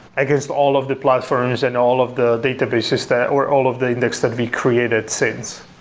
against all of the platforms and all of the databases that, or all of the index that we created since.